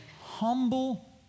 humble